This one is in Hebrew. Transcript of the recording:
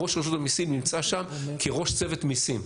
ראש רשות המיסים נמצא שם כראש צוות מיסים.